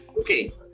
Okay